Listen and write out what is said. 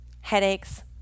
headaches